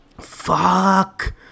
Fuck